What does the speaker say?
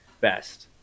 best